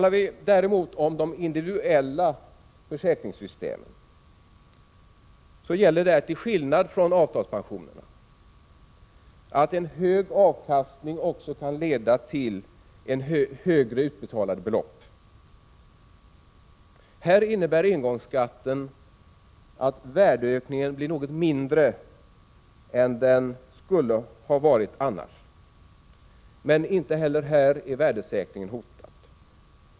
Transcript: Är det däremot fråga om de individuella försäkringssystemen gäller, till skillnad från avtalspensionerna, att en hög avkastning också kan leda till högre utdelat belopp. Här innebär engångsskatten att värdeökningen blir något mindre än den annars skulle ha varit, men inte heller i detta fall är värdesäkringen hotad.